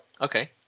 okay